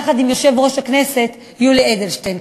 יחד עם יושב-ראש הכנסת יולי אדלשטיין,